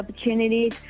opportunities